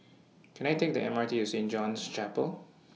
Can I Take The M R T to Saint John's Chapel